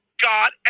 God